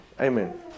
Amen